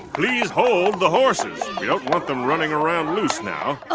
please hold the horses. we don't want them running around loose now ah